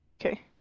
okay